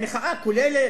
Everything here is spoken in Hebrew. מחאה כוללת,